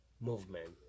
movement